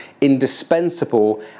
indispensable